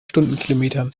stundenkilometern